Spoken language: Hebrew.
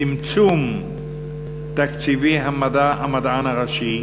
צמצום תקציבי המדען הראשי,